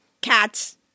cats